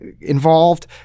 involved